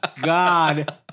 God